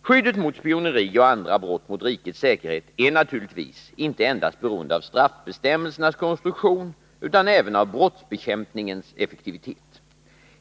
Skyddet mot spioneri och andra brott mot rikets säkerhet är naturligtvis inte endast beroende av straffbestämmelsernas konstruktion utan även av brottsbekämpningens effektivitet.